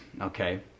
okay